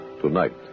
tonight